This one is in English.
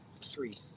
three